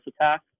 attack